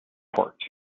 court